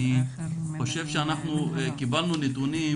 אני חושב שאנחנו קיבלנו נתונים